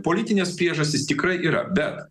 politinės priežastys tikrai yra bet